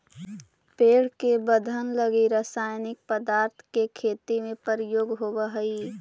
पेड़ के वर्धन लगी रसायनिक पदार्थ के खेती में प्रयोग होवऽ हई